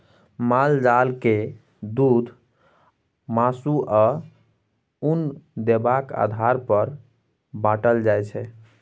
माल जाल के दुध, मासु, आ उन देबाक आधार पर बाँटल जाइ छै